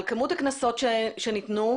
על כמות הקנסות שניתנו,